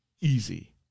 easy